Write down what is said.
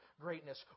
greatness